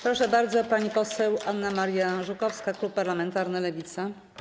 Proszę bardzo, pani poseł Anna Maria Żukowska, klub parlamentarny Lewica.